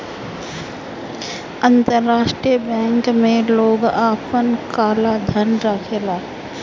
अंतरराष्ट्रीय बैंक में लोग आपन काला धन रखेला